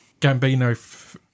Gambino